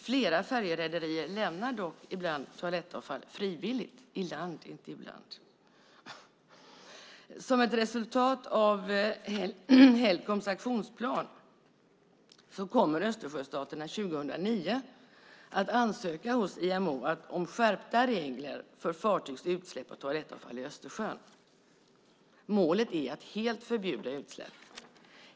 Flera färjerederier lämnar dock i land toalettavfall frivilligt. Som ett resultat av Helcoms aktionsplan kommer Östersjöstaterna 2009 att ansöka hos IMO om skärpta regler för fartygs utsläpp av toalettavfall i Östersjön. Målet är att helt förbjuda utsläpp.